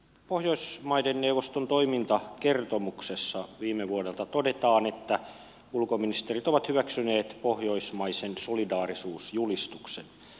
pohjoismaiden neuvoston toimintakertomuksessa viime vuodelta todetaan että ulkoministerit ovat hyväksyneet pohjoismaisen solidaarisuusjulistuksen